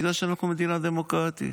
בגלל שאנחנו מדינה דמוקרטית,